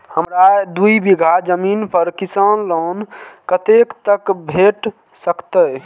हमरा दूय बीगहा जमीन पर किसान लोन कतेक तक भेट सकतै?